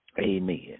Amen